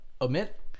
omit